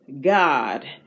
God